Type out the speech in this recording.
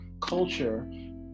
culture